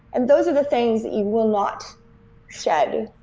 and those are the things that you will not shed.